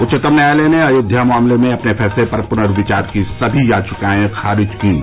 उच्चतम न्यायालय ने अयोध्या मामले में अपने फैसले पर पुनर्विचार की सभी याचिकाएं खारिज कीं